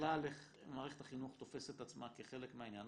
ובכלל איך מערכת החינוך תופסת את עצמה כחלק מהעניין,